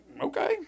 okay